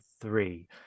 three